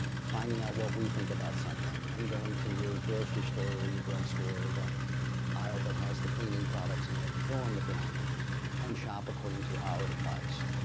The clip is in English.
finding out what we think about something then going to your grocery store or your drugstore, the aisle that has the cleaning products in it. fill in the blank and shop according to our advice.